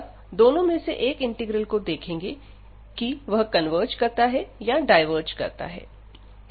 तब दोनों में से एक इंटीग्रल को देखेंगे कि वह कन्वर्ज करता है या डाइवर्ज करता है